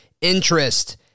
interest